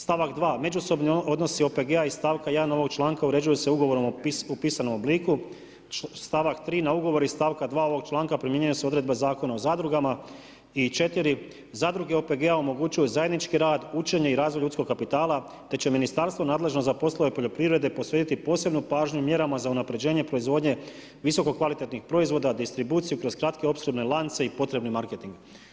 Stavak 2. međusobni odnosi OPG-a iz stavka 1. ovog članka uređuju se ugovorom u pisanom obliku, stavak 3. na ugovoru iz stavka 2. ovog članka primjenjuje se odredba Zakona o zadrugama i 4. zadruge OPG-a omogućuju zajednički rad, učenje i razvoj ljudskog kapitala, te će ministarstvo nadležno za poslove poljoprivrede posvetiti posebnu pažnju mjerama za unapređenje proizvodnje visoko kvalitetnih proizvoda, distribuciju kroz kratke opskrbne lance i potrebni marketing.